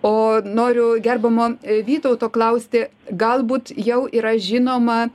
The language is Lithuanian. o noriu gerbiamo vytauto klausti galbūt jau yra žinoma